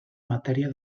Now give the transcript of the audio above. matèria